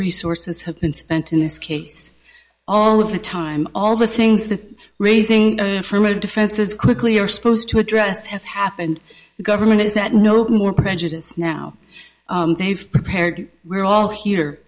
resources have been spent in this case all of the time all the things that raising the affirmative defenses quickly are supposed to address have happened the government is that no more prejudiced now they've prepared we're all here